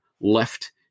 left